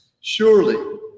Surely